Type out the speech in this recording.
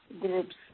groups